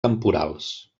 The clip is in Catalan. temporals